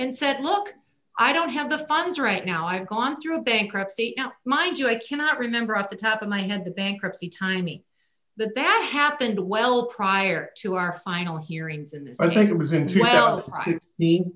and said look i don't have the funds right now i've gone through bankruptcy now mind you i cannot remember off the top of my head the bankruptcy timey that that happened well prior to our final hearings in this i think it was into the